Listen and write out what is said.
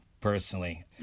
personally